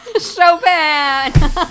Chopin